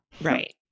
Right